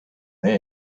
they